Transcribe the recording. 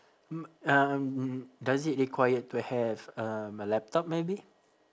mm um does it require to have um a laptop maybe